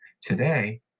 today